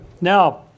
Now